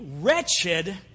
wretched